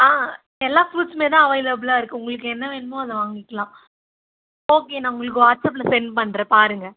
ஆ எல்லா ஃப்ரூட்ஸுமே தான் அவைளபிலாக இருக்குது உங்களுக்கு என்ன வேணுமோ அதை வாங்கிக்கலாம் ஓகே நான் உங்களுக்கு வாட்ஸப்பில் சென்ட் பண்ணுறேன் பாருங்க